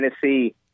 Tennessee